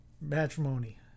Matrimony